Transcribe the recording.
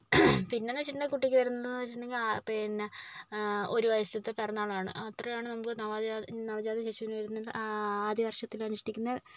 പിന്നെയെന്ന് വെച്ചിട്ടുണ്ടെങ്കിൽ കുട്ടിക്ക് വരുന്നതെന്ന് വെച്ചിട്ടുണ്ടെങ്കിൽ പിന്നെ ഒരു വയസ്സിലത്തെ പിറന്നാളാണ് അത്രയാണ് നമുക്ക് നവജാത നവജാതശിശുവിന് വരുന്നത് ആദ്യ വർഷത്തിൽ അനുഷ്ഠിക്കുന്ന